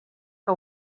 que